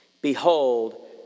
Behold